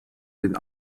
den